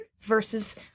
versus